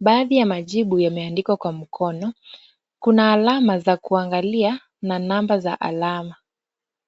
Baadhi ya majibu yameandikwa kwa mkono. Kuna alama za kuangalia na namba za alama.